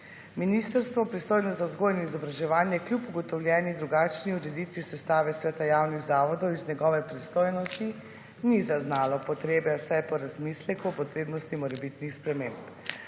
Ministrstvo pristojno za vzgojo in izobraževanje kljub ugotovljeni drugačni ureditvi sestave sveta javnih zavodov iz njegove pristojnosti na zaznalo potrebe vsaj po razmisleku o potrebnosti morebitnih sprememb.«